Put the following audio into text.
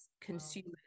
consumers